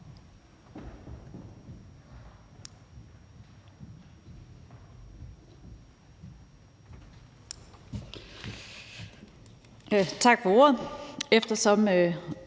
Tak for ordet.